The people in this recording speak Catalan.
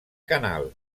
canal